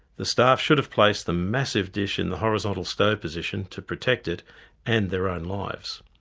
the staff should have placed the massive dish in the horizontal stow position to protect it and their own lives.